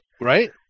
Right